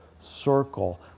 circle